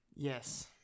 Yes